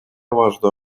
важная